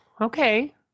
okay